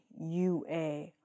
UA